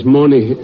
money